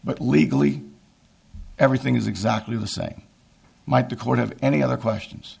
but legally everything is exactly the same might the court have any other questions